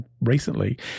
recently